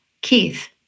Keith